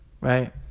Right